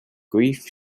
grief